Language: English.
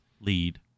lead